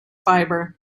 fibre